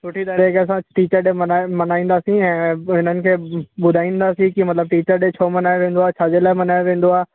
सुठी तरीक़े सां टीचर डे मल्हाइ मल्हाईंदासीं ऐं हिननि खे ॿुधाईंदासीं की मतिलब टीचर डे छो मल्हायो वेंदो आहे छा जे लाइ मल्हायो वेंदो आहे